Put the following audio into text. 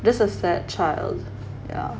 this is a sad child yeah